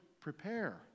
prepare